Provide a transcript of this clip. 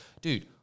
Dude